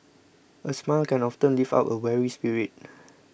a smile can often lift up a weary spirit